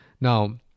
Now